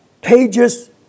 pages